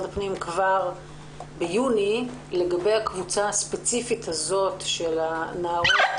הפנים כבר ביוני לגבי הקבוצה הספציפית הזאת של הנערות